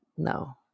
No